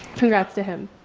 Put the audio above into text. congrats to him.